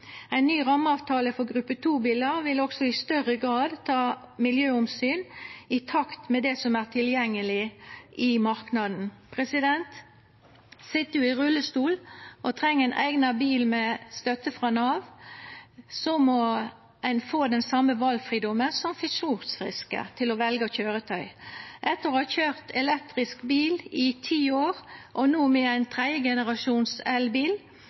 Ein ny rammeavtale for gruppe 2-bilar vil også i større grad ta miljøomsyn, i takt med det som er tilgjengeleg i marknaden. Sit ein i rullestol og treng ein eigna bil med støtte frå Nav, må ein få den same valfridomen som funksjonsfriske til å velja køyretøy. Etter å ha køyrt elektrisk bil i ti år, og no med ein